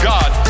God